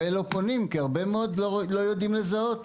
ומגיעים לשם גם חיילים אחרי מעצר או אחרי מאסר חיילים מאוד בעייתיים.